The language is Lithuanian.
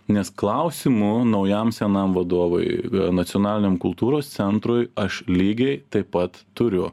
nes klausimų naujam senam vadovui nacionaliniam kultūros centrui aš lygiai taip pat turiu